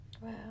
wow